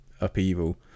upheaval